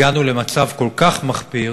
הגענו למצב כל כך מחפיר,